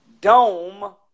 dome